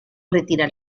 retiran